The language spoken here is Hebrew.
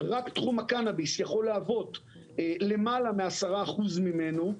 רק תחום הקנביס יכול להוות למעלה מ-10% ממנו,